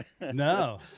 No